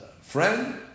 friend